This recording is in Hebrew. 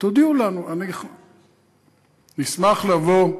תודיעו לנו ------- נשמח לבוא.